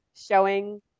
showing